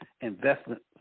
investment